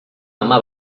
ama